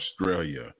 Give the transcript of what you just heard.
Australia